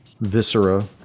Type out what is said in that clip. Viscera